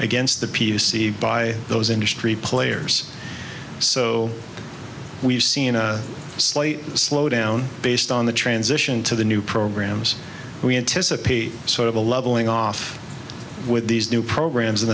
against the p c by those industry players so we've seen a slight slowdown based on the transition to the new programs we anticipate sort of a leveling off with these new programs in